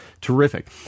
terrific